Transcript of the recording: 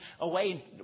away